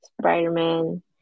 Spider-Man